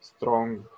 strong